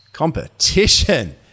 Competition